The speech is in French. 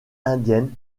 indienne